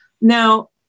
Now